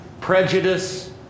prejudice